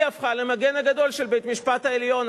היא הפכה למגן הגדול של בית-המשפט העליון.